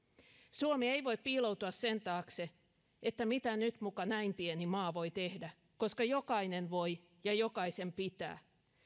suomi ei voi piiloutua sen taakse että mitä nyt muka näin pieni maa voi tehdä koska jokainen voi ja jokaisen pitää